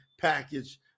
package